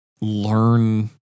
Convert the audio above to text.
learn